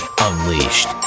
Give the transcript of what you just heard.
Unleashed